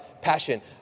passion